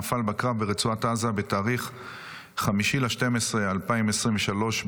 נפל בקרב ברצועת עזה בתאריך 5 בדצמבר 2023,